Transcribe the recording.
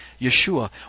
Yeshua